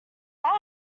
that